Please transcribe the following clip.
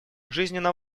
жизненно